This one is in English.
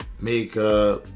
makeup